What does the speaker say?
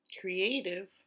creative